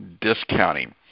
discounting